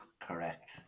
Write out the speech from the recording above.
correct